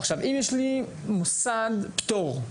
אם יש לי מוסד פטור,